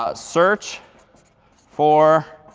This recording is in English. ah search for